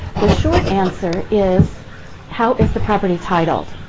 the short answer is how is the property titled.